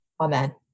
Amen